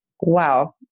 Wow